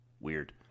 Weird